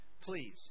Please